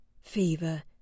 Fever